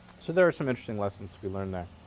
so there are some interesting lessons to be learned there.